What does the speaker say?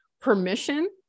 permission